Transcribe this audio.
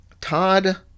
Todd